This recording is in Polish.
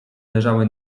leżały